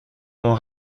mon